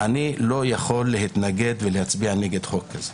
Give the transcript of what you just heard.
איני יכול להתנגד ולהצביע נגד חוק כזה.